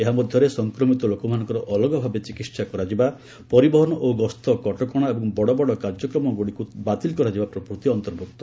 ଏହାମଧ୍ୟରେ ସଂକ୍ରମିତ ଲୋକମାନଙ୍କର ଅଲଗା ଭାବେ ଚିକିତ୍ସା କରାଯିବା ପରିବହନ ଓ ଗସ୍ତ କଟକଣା ଏବଂ ବଡବଡ କାର୍ଯ୍ୟକ୍ରମଗୁଡ଼ିକୁ ବାତିଲ କରାଯିବା ପ୍ରଭୂତି ଅନ୍ତର୍ଭୁକ୍ତ